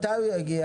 מתי הוא יגיע?